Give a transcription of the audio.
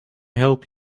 help